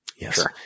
yes